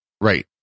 Right